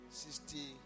sixty